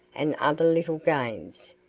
and other little games,